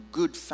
good